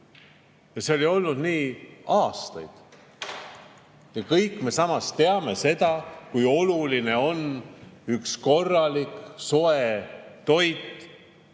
see oli olnud nii aastaid. Kõik me samas teame seda, kui oluline on üks korralik soe toit